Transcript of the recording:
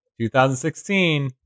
2016